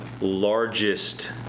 largest